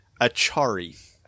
Achari